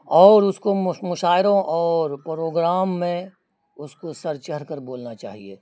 اور اس کو مشاعروں اور پروگرام میں اس کو سر چڑھ کر بولنا چاہیے